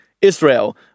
Israel